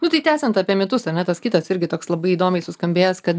nu tai tęsiant apie mitus ar ne tas kitas irgi toks labai įdomiai suskambėjęs kad